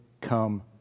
come